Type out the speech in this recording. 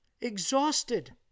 Exhausted